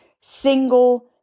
single